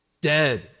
dead